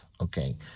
Okay